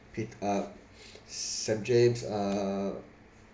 pete uh saint james uh